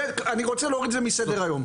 את זה אני רוצה להוריד מסדר היום.